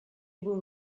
were